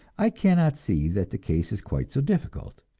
i cannot see that the case is quite so difficult.